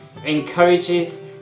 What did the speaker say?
encourages